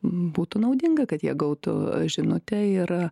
būtų naudinga kad jie gautų žinutę ir